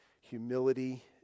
humility